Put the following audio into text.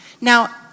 Now